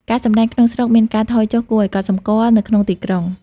ការសម្តែង ក្នុងស្រុកមានការថយចុះគួរឱ្យកត់សម្គាល់នៅក្នុងទីក្រុង។